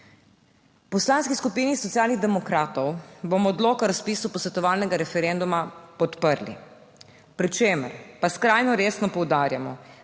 Poslanski skupini Socialnih demokratov bomo odlok o razpisu posvetovalnega referenduma podprli, pri čemer pa skrajno resno poudarjamo,